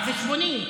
על חשבוני.